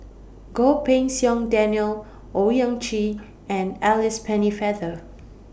Goh Pei Siong Daniel Owyang Chi and Alice Pennefather